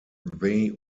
they